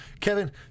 Kevin